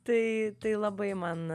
tai tai labai man